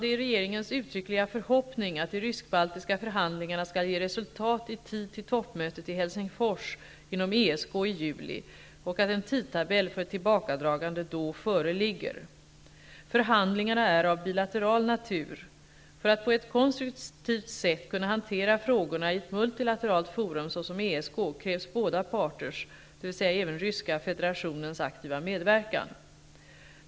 Det är regeringens uttryckliga förhoppning att de rysk-baltiska förhandlingarna skall ge resultat i tid till toppmötet i Helsingfors inom ESK i juli och att en tidtabell för ett tillbakadragande då föreligger. Förhandlingarna är av bilateral natur. För att på ett konstruktivt sätt kunna hantera frågorna i ett multilateralt forum såsom ESK krävs båda parters, dvs. även Ryska federationens, aktiva medverkan.